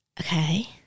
Okay